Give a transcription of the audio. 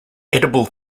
edible